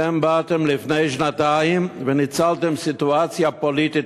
אתם באתם לפני שנתיים וניצלתם סיטואציה פוליטית